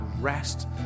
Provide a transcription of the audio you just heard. rest